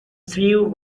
threw